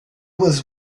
was